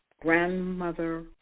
grandmother